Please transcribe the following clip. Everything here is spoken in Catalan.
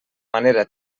manera